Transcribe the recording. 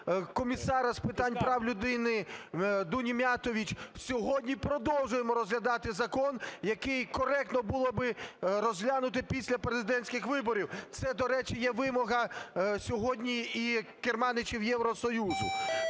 Комісара з питань прав людини Дуні Міятович, сьогодні продовжуємо розглядати закон, який коректно було би розглянути після президентських виборів. Це, до речі, є вимога сьогодні і керманичів Євросоюзу.